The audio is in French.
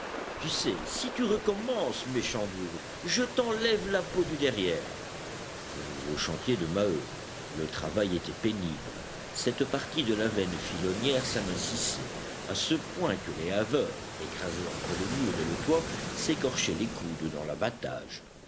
tu sais si tu recommences méchant bougre je t'enlève la peau du derrière au nouveau chantier de maheu le travail était pénible cette partie de la veine filonnière s'amincissait à ce point que les haveurs écrasés entre le mur et le toit s'écorchaient les coudes dans l'abattage